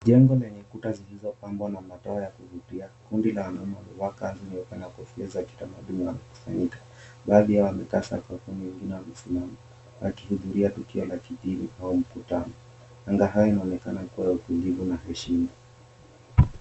Jengo lenye kuta zilizopangwa na matawi za kuvutia, kundi la wanaume waliovaa nguo za kitamaduni wamekusanyika baadhi yao wamekaa sakafuni wengine wamesimama. Wakihudhuria tukio la kidini au mkutano. Anga hayo inaonekana kuwa ya utulivu na kiheshima.